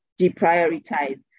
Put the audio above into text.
deprioritize